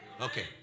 Okay